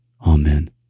Amen